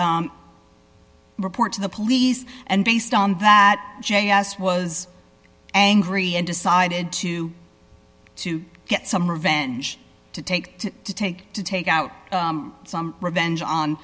report to the police and based on that j s was angry and decided to to get some revenge to take to take to take out some revenge on